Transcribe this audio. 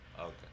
Okay